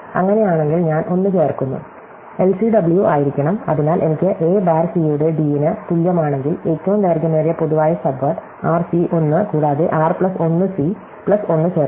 അങ്ങനെയാണെങ്കിൽ ഞാൻ 1 ചേർക്കുന്നു എൽസിഡബ്ല്യു ആയിരിക്കണം അതിനാൽ എനിക്ക് a ബാർ സി യുടെ d ന് തുല്യമാണെങ്കിൽ ഏറ്റവും ദൈർഘ്യമേറിയ പൊതുവായ സബ്വേഡ് r c 1 കൂടാതെ r പ്ലസ് 1 c പ്ലസ് 1 ചേർക്കുക